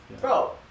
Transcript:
bro